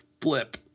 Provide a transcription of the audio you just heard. flip